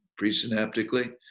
presynaptically